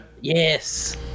Yes